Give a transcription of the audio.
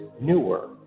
newer